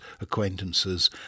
acquaintances